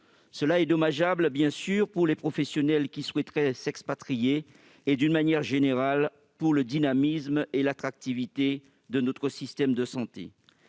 bien sûr dommageable pour les professionnels qui souhaiteraient s'expatrier et, d'une manière générale, pour le dynamisme et l'attractivité de notre système de santé.